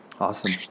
Awesome